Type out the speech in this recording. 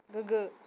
गोग्गो